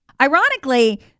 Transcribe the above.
Ironically